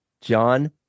John